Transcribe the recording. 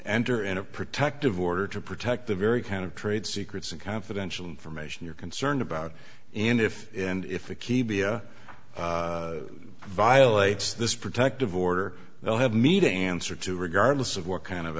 enter in a protective order to protect the very kind of trade secrets and confidential information you're concerned about and if and if the key b a violates this protective order they'll have me to answer to regardless of what kind of